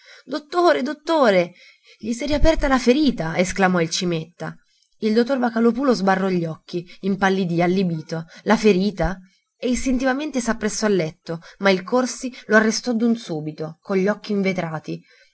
dottore dottore gli s'è riaperta la ferita esclamò il cimetta il dottor vocalòpulo sbarrò gli occhi impallidì allibito la ferita e istintivamente s'appressò al letto ma il corsi lo arrestò d'un subito con gli occhi invetrati